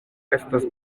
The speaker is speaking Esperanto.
estas